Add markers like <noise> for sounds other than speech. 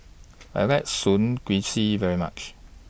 I like <unintelligible> very much